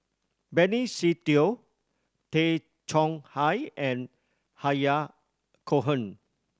Benny Se Teo Tay Chong Hai and Cohen